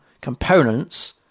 components